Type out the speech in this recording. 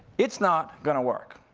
it's not gonna work.